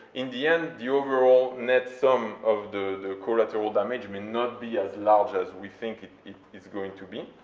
in the end, the overall net sum of the collateral damage may not be as large as we think it's going to be,